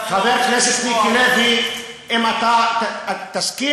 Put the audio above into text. ואני לא רוצה